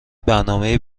برنامهای